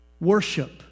worship